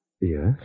Yes